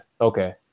Okay